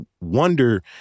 wonder